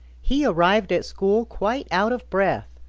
he arrived at school quite out of breath.